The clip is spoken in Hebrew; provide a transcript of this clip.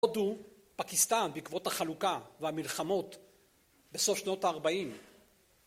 הודו פקיסטן בעקבות החלוקה והמלחמות בסוף שנות ה-40